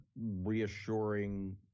reassuring